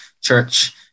church